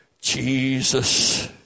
Jesus